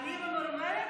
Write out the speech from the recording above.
אני ממורמרת?